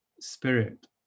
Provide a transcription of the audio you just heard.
spirit